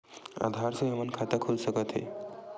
आधार से हमर खाता खुल सकत हे?